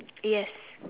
yes